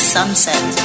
Sunset